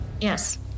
Yes